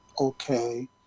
okay